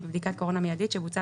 אנחנו ניגשים